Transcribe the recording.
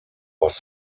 was